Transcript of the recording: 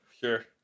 sure